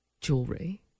Jewelry